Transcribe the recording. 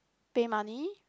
pay money